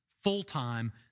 full-time